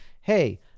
hey